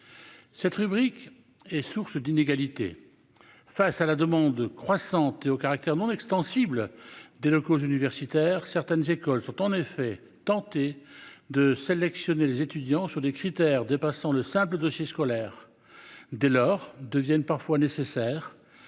cette rubrique est source d'inégalités face à la demande croissante et au caractère non extensible des locaux universitaires, certaines écoles sont en effet tentés de sélectionner les étudiants sur des critères dépassant le simple dossier scolaire dès lors deviennent parfois nécessaire